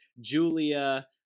Julia